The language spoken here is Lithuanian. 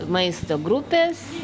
maisto grupės